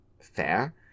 Fair